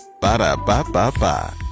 Ba-da-ba-ba-ba